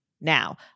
now